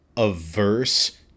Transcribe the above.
averse